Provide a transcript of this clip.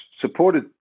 supported